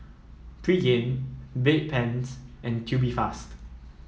Pregain Bedpans and Tubifast